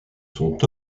sont